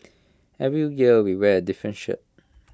every year we wear different shirt